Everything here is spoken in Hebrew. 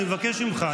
אני מבקש ממך.